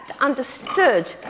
understood